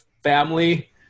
family